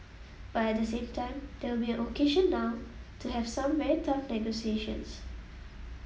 but at the same time there will be an occasion now to have some very tough negotiations